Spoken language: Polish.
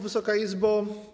Wysoka Izbo!